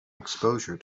exposure